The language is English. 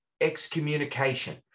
excommunication